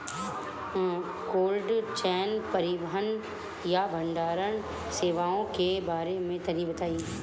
Cold chain परिवहन या भंडारण सेवाओं के बारे में तनी बताई?